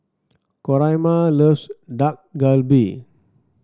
Coraima loves Dak Galbi